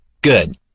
Good